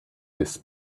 this